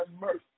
mercy